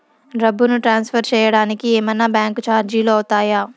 డబ్బును ట్రాన్స్ఫర్ సేయడానికి ఏమన్నా బ్యాంకు చార్జీలు అవుతాయా?